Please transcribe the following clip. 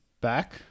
back